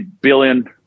billion